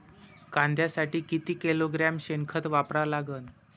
कांद्यासाठी किती किलोग्रॅम शेनखत वापरा लागन?